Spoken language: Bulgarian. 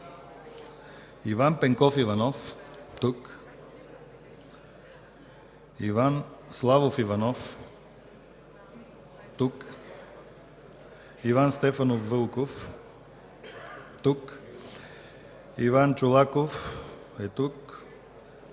Иван Пенков Иванов- тук Иван Славов Иванов- тук Иван Стефанов Вълков- тук Иван Стоев Чолаков- тук